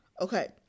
Okay